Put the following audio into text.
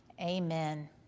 Amen